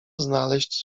znaleźć